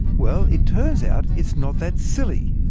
well, it turns out it's not that silly.